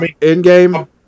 in-game